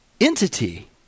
entity